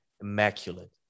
immaculate